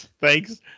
Thanks